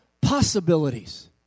possibilities